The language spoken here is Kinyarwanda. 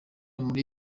muri